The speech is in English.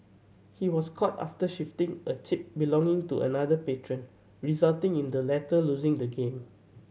he was caught after shifting a chip belonging to another patron resulting in the latter losing the game